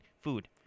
food